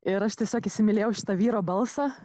ir aš tiesiog įsimylėjau šitą vyro balsą